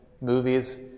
movies